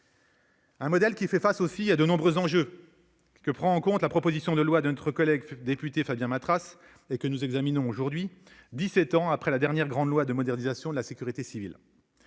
Ce modèle fait face, aussi, à de nombreux enjeux que prend en compte la proposition de loi de notre collègue député Fabien Matras, que nous examinons aujourd'hui, dix-sept ans après la dernière grande loi de modernisation de la sécurité civile.